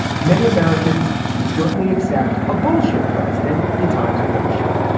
many americans would certainly accept a bullshit president in times of bullshit,